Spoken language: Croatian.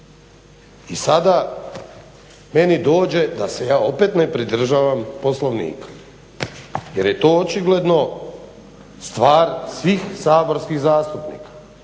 I sada meni dođe da se ja opet ne pridržavam Poslovnika jer je to očigledno stvar svih saborskih zastupnika